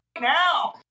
now